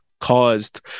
caused